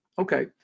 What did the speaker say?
okay